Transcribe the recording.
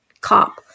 cop